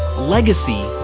legacy,